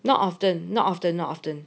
not often not often not often